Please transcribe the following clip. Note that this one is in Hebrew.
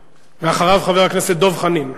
אחריו, חבר הכנסת דב חנין.